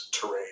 terrain